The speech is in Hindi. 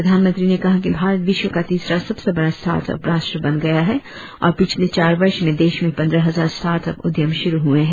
प्रधानमंत्री ने कहा कि भारत विश्व का तीसरा सबसे बड़ा स्टार्टअप राष्ट्र बन गया है और पिछले चार वर्ष में देश में पंद्रह हजार स्टार्टअप उद्यम शुरु हुए है